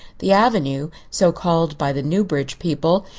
the avenue, so called by the newbridge people,